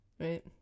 right